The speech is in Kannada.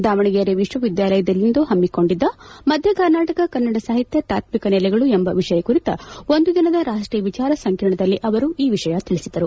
ದಾವಣಗೆರೆ ವಿಶ್ವವಿದ್ಯಾಲಯದಲ್ಲಿಂದು ಹಮ್ಮಿಕೊಂಡಿದ್ದ ಮಧ್ಯ ಕರ್ನಾಟಕ ಕನ್ನಡ ಸಾಹಿತ್ಯ ತಾತ್ವಿಕ ನೆಲೆಗಳು ಎಂಬ ವಿಷಯ ಕುರಿತ ಒಂದು ದಿನದ ರಾಷ್ವೀಯ ವಿಚಾರ ಸಂಕಿರಣದಲ್ಲಿ ಅವರು ಈ ವಿಷಯ ತಿಳಿಸಿದರು